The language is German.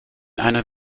einer